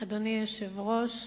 אדוני היושב-ראש,